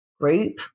group